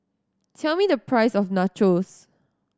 tell me the price of Nachos